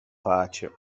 pace